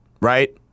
right